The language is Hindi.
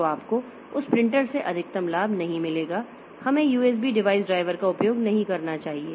तो आपको उस प्रिंटर से अधिकतम लाभ नहीं मिलेगा हमें यूएसबी डिवाइस ड्राइवर का उपयोग नहीं करना चाहिए